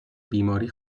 بیماری